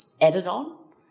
added-on